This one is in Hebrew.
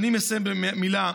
אני מסיים במילה.